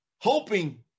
hoping